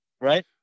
right